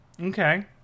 Okay